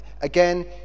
again